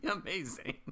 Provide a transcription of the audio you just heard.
amazing